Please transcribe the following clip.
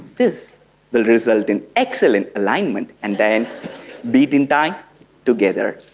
this will result in excellent alignment, and then beat in time together,